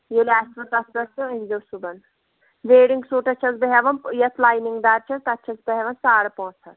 ییٚلہِ آسِوٕ تَتھ پٮ۪ٹھ تہٕ أنۍزیو صُبحَن ویڈِنٛگ سوٗٹَس چھَس بہٕ ہٮ۪وان یَتھ لاینِنٛگ دار چھَس تَتھ چھَس بہٕ ہٮ۪وان ساڑٕ پانٛژھ ہَتھ